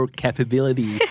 capability